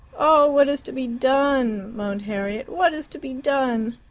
oh, what is to be done? moaned harriet. what is to be done?